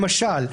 למשל,